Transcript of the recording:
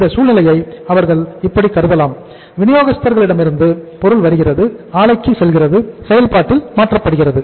இந்த சூழ்நிலையை அவர்கள் இப்படி கருதலாம் வினியோகஸ்தர்கள இடமிருந்து பொருள் வருகிறது ஆலைக்கு செல்கிறது செயல்பாட்டில் மாற்றப்படுகிறது